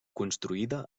construïda